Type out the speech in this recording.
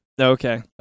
Okay